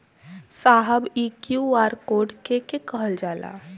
साहब इ QR code के के कहल जाला?